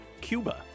Cuba